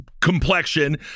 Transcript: complexion